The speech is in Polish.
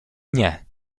nie